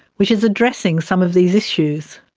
which is addressing some of these issues.